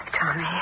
Tommy